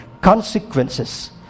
consequences